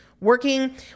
working